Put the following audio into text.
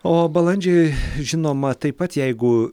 o balandžiai žinoma taip pat jeigu